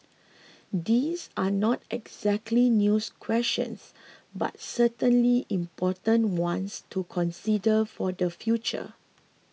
these are not exactly news questions but certainly important ones to consider for the future